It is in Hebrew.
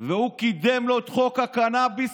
והוא קידם לו את חוק הקנביס,